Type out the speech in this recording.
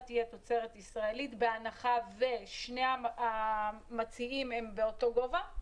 תהיה תוצרת ישראל בהנחה ושני המציעים הם באותו גובה?